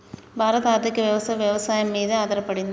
భారత ఆర్థికవ్యవస్ఠ వ్యవసాయం మీదే ఆధారపడింది